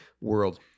world